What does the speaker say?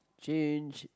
change